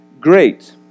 great